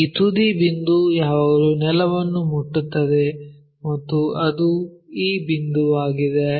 ಈ ತುದಿ ಬಿಂದು ಯಾವಾಗಲೂ ನೆಲವನ್ನು ಮುಟ್ಟುತ್ತದೆ ಮತ್ತು ಅದು ಈ ಬಿಂದುವಾಗಿದೆ